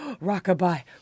rock-a-bye